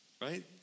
right